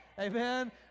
Amen